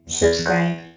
subscribe